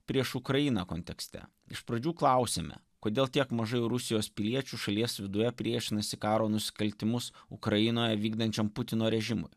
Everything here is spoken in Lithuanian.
prieš ukrainą kontekste iš pradžių klausiame kodėl tiek mažai rusijos piliečių šalies viduje priešinasi karo nusikaltimus ukrainoje vykdančiam putino režimui